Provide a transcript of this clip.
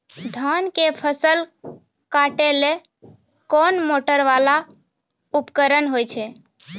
धान के फसल काटैले कोन मोटरवाला उपकरण होय छै?